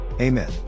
Amen